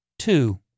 Two